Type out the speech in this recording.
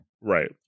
Right